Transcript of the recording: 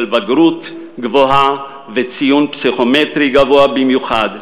של בגרות גבוהה וציון פסיכומטרי גבוה במיוחד,